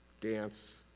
dance